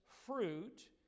fruit